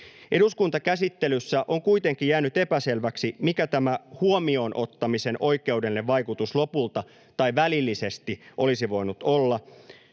Eduskuntakäsittelyssä on kuitenkin jäänyt epäselväksi, mikä tämä huomioon ottamisen oikeudellinen vaikutus lopulta tai välillisesti olisi voinut olla.